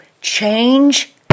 Change